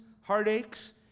heartaches